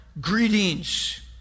greetings